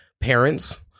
parents